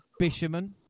Bisherman